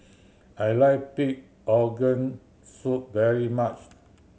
I like pig organ soup very much